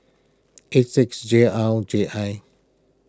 eight six J R J I